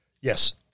Yes